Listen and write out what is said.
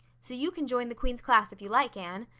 so you can join the queen's class if you like, anne.